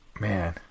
Man